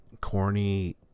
corny